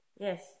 yes